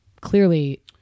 clearly